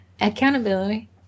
accountability